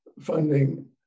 funding